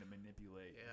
manipulate